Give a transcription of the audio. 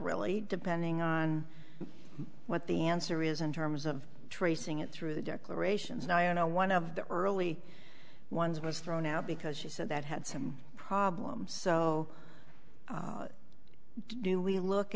really depending on what the answer is in terms of tracing it through declarations now i know one of the early ones was thrown out because she said that had some problems so do we look